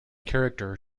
character